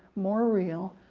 more real,